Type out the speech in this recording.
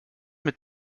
mit